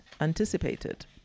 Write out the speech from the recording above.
anticipated